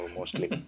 Mostly